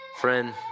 Friend